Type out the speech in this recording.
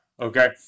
Okay